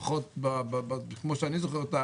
לפחות כמו שאני זוכר אותה,